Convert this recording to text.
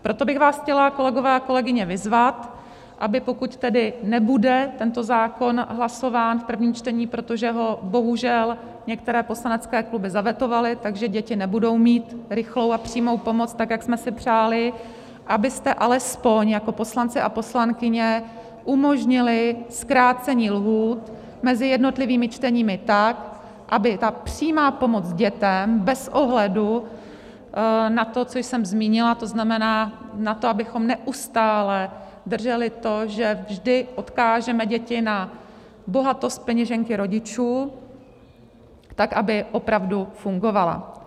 Proto bych vás chtěla, kolegové a kolegyně, vyzvat, aby pokud nebude tento zákon hlasován v prvním čtení, protože ho bohužel některé poslanecké kluby zavetovaly, takže děti nebudou mít rychlou a přímou pomoc tak, jak jsme si přáli, abyste alespoň jako poslanci a poslankyně umožnili zkrácení lhůt mezi jednotlivými čteními tak, aby ta přímá pomoc dětem bez ohledu na to, co jsem zmínila, to znamená na to, abychom neustále drželi to, že vždy odkážeme děti na bohatost peněženky rodičů, tak aby opravdu fungovala.